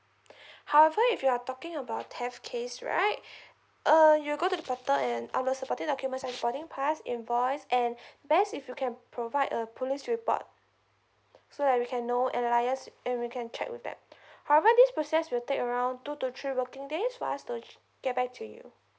however if you are talking about theft case right uh you go to the portal and upload supporting documents and boarding pass invoice and best if you can provide a police report so that we can know and then liaise and we can check with them however this process will take around two to three working days for us to get back to you